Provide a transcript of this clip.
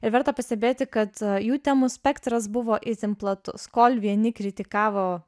ir verta pastebėti kad jų temų spektras buvo itin platus kol vieni kritikavo